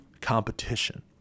competition